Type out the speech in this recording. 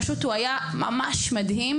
פשוט הוא היה ממש מדהים,